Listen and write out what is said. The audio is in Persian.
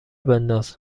بنداز